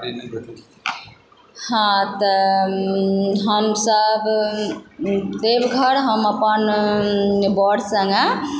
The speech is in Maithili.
हँ तऽ हमसभ देवघर हम अपन बर सङ्गे